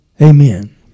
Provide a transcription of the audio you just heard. Amen